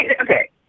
okay